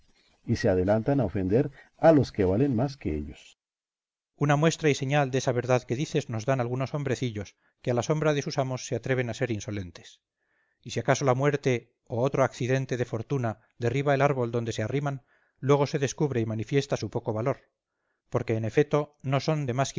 y se adelantan a ofender a los que valen más que ellos cipión una muestra y señal desa verdad que dices nos dan algunos hombrecillos que a la sombra de sus amos se atreven a ser insolentes y si acaso la muerte o otro accidente de fortuna derriba el árbol donde se arriman luego se descubre y manifiesta su poco valor porque en efeto no son de más